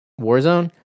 Warzone